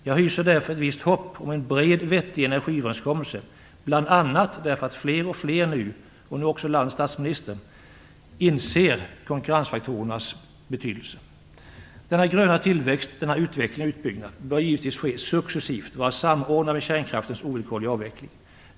Jag hyser därför ett visst hopp om en bred vettig energiöverenskommelse, bl.a. därför att fler och fler, nu även landets statsminister, inser konkurrensfaktorernas betydelse. Denna "gröna tillväxt", denna utveckling och utbyggnad bör givetvis ske successivt och vara samordnad med kärnkraftens ovillkorliga avveckling.